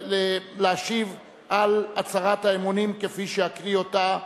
להשיב על הצהרת האמונים כפי שאקריא אותה בפניך.